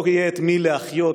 לא יהיה את מי להחיות,